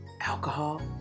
alcohol